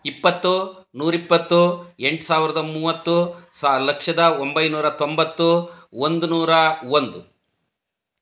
ಇಪ್ಪತ್ತು ನೂರಿಪ್ಪತ್ತು ಎಂಟು ಸಾವಿರದ ಮೂವತ್ತು ಸಾ ಲಕ್ಷದ ಒಂಬೈನೂರ ತೊಂಬತ್ತು ಒಂದು ನೂರ ಒಂದು